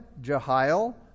Jehiel